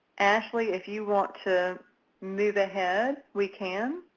ashley, if you want to move ahead, we can.